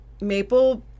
maple